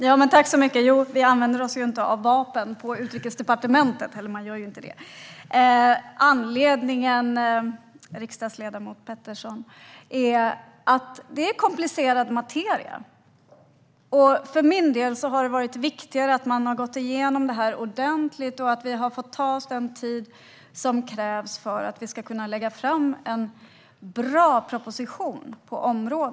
Herr talman! Vi använder ju oss inte av vapen på Utrikesdepartementet. Riksdagsledamot Pettersson! Anledningen är att det är komplicerad materia. För min del har det varit viktigare att man har gått igenom detta ordentligt och att det har fått ta den tid som krävs för att vi ska kunna lägga fram en bra proposition på området.